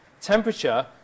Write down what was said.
temperature